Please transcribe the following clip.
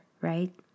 right